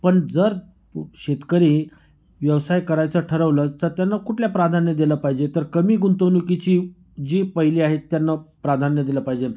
पण जर शेतकरी व्यवसाय करायचा ठरवलं तर त्यांना कुठल्या प्राधान्य दिलं पाहिजे तर कमी गुंतवणुकीची जी पहिली आहेत त्यांना प्राधान्य दिलं पाहिजे